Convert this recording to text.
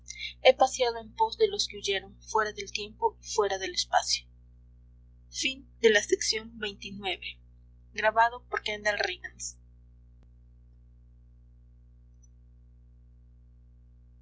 he paseado en pos de los que huyeron fuera del tiempo y fuera del espacio